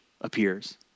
appears